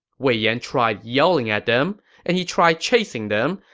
wei yan tried yelling at them, and he tried chasing them,